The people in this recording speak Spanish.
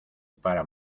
para